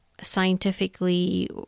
scientifically